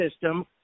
system